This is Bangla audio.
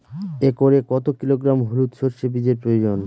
একরে কত কিলোগ্রাম হলুদ সরষে বীজের প্রয়োজন?